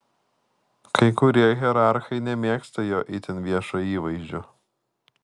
kai kurie hierarchai nemėgsta jo itin viešo įvaizdžio